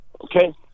Okay